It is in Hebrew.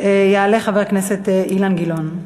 יעלה חבר הכנסת אילן גילאון.